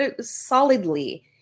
solidly